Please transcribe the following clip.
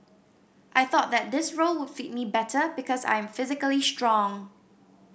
I thought that this role would fit me better because I am physically strong